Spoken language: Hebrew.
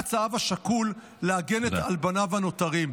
רץ האב השכול להגן על בניו הנותרים.